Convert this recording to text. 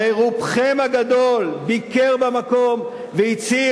הרי רובכם הגדול ביקר במקום והצהיר